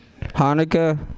Hanukkah